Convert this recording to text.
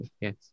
Yes